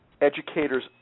educators